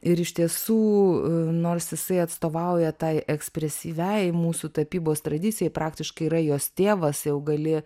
ir iš tiesų nors jisai atstovauja tai ekspresyviai mūsų tapybos tradicijai praktiškai yra jos tėvas jau gali